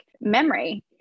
memory